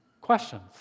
questions